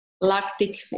lactic